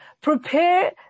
prepare